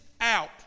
out